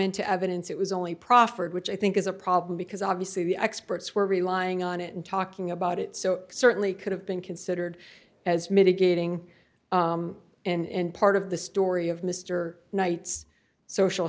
into evidence it was only proffered which i think is a problem because obviously the experts were relying on it and talking about it so certainly could have been considered as mitigating and part of the story of mr knight's social